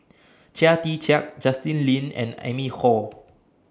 Chia Tee Chiak Justin Lean and Amy Khor